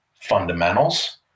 fundamentals